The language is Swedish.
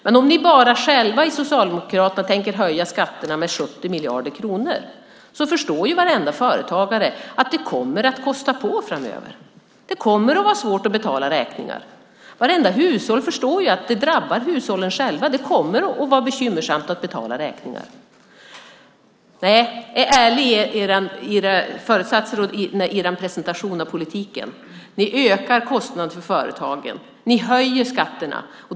Men om bara ni själva i Socialdemokraterna tänker höja skatterna med 70 miljarder kronor förstår varenda företagare att det kommer att kosta på framöver. Det kommer att vara svårt att betala räkningar. Vartenda hushåll förstår att det drabbar hushållen själva. Det kommer att vara bekymmersamt att betala räkningar. Var ärliga i era föresatser och i er presentation av politiken. Ni ökar kostnader för företagen. Ni höjer skatterna.